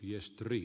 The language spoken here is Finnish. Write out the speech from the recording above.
herr talman